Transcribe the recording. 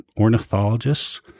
ornithologists